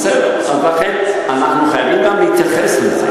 את כל זה גם אני יודע.